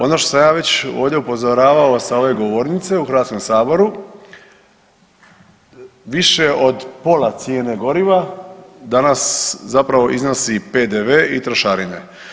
Ono što sam ja već ovdje upozoravao sa ove govornice u Hrvatskom saboru više od pola cijene goriva danas zapravo iznosi PDV i trošarine.